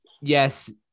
yes